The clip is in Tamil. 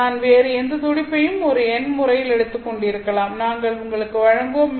நான் வேறு எந்த துடிப்பையும் ஒரு எண் முறையில் எடுத்துக்கொண்டிருக்கலாம் நாங்கள் உங்களுக்கு வழங்குவோம்